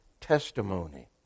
testimony